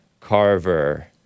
Carver